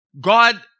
God